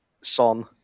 Son